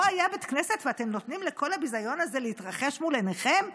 פה היה בית כנסת ואתם נותנים לכל הביזיון הזה להתרחש מול עיניכם?